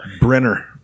Brenner